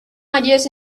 ideas